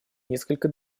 несколько